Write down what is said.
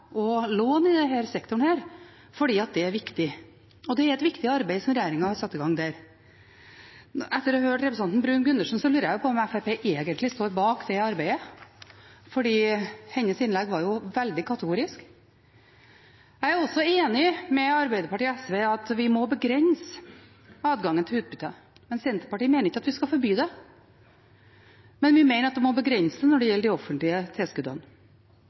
og lån i denne sektoren, for det er viktig. Og det er et viktig arbeid som regjeringen har satt i gang der. Men etter å ha hørt representanten Bruun-Gundersen lurer jeg på om Fremskrittspartiet egentlig står bak det arbeidet, for hennes innlegg var jo veldig kategorisk. Jeg er også enig med Arbeiderpartiet og SV i at vi må begrense adgangen til utbytte, men Senterpartiet mener ikke at vi skal forby det, vi mener at vi må begrense det når det gjelder de offentlige